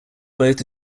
both